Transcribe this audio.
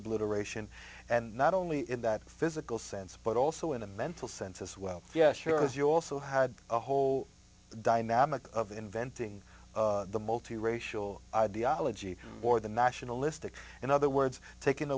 obliteration and not only in that physical sense but also in a mental sense as well yes sure as you also had a whole dynamic of inventing the multi racial ideology or the nationalistic in other